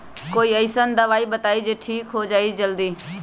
कोई अईसन दवाई बताई जे से ठीक हो जई जल्दी?